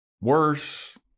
worse